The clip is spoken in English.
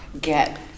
get